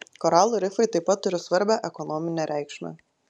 koralų rifai taip pat turi svarbią ekonominę reikšmę